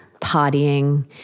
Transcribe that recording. partying